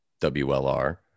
WLR